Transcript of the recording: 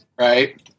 Right